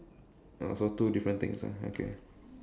uh so two different things ah okay